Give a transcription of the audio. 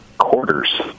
quarters